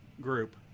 group